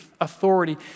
authority